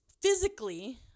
Physically